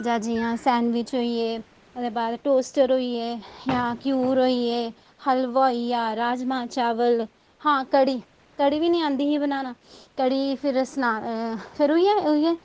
जां जियां sandwich होई गे ओह्दे बाद टोस्टर होई गे जां घ्यूर होई गे हल्वा होई गेआ राजमां चावल हां कड़़ी कड़ी बी नी आंदी ही बनाना फिर सना फिर उइये उइये